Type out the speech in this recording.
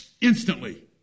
instantly